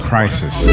Crisis